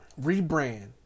rebrand